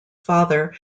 father